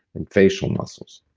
and facial muscles